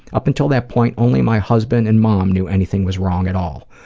up until that point, only my husband and mom knew anything was wrong at all.